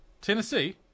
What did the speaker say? Tennessee